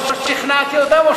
או ששכנעתי אותם,